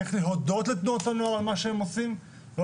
צריך להודות לתנועות הנוער על מה שהן עושות לא